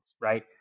right